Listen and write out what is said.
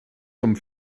zum